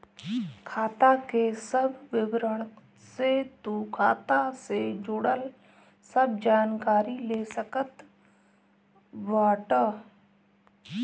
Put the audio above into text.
खाता के सब विवरण से तू खाता से जुड़ल सब जानकारी ले सकत बाटअ